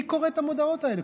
מי קורא את המודעות האלה?